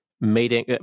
meeting